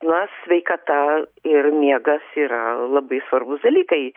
na sveikata ir miegas yra labai svarbūs dalykai